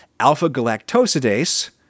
Alpha-galactosidase